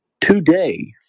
today